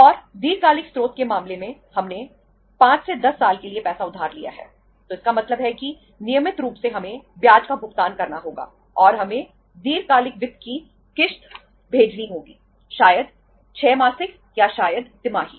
और दीर्घकालिक स्रोत के मामले में हमने 5 10 साल के लिए पैसा उधार लिया है तो इसका मतलब है कि नियमित रूप से हमें ब्याज का भुगतान करना होगा और हमें दीर्घकालिक वित्त की किश्त भेजनी होगी शायद 6 मासिक या शायद तिमाही